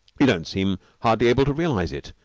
you don't seem hardly able to realize it.